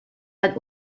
einen